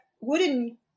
wooden